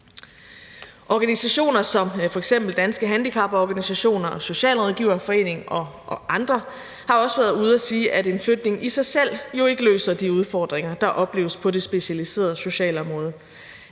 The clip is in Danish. Organisationer som f.eks. Danske Handicaporganisationer og Socialrådgiverforeningen og andre har også været ude at sige, at en flytning i sig selv jo ikke løser de udfordringer, der opleves på det specialiserede socialområde.